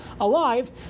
alive